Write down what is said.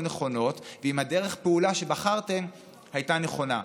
נכונות ואם דרך הפעולה שבחרתם הייתה נכונה.